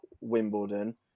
Wimbledon